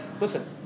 listen